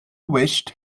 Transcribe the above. wished